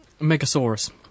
Megasaurus